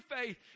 faith